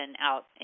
out